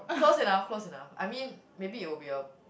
close enough close enough I mean maybe it will be a